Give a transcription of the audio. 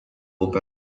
upe